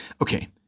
okay